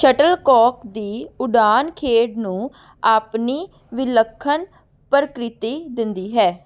shuttlecock ਦੀ ਉਡਾਣ ਖੇਡ ਨੂੰ ਆਪਣੀ ਵਿਲੱਖਣ ਪ੍ਰਕਿਰਤੀ ਦਿੰਦੀ ਹੈ